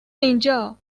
اینجا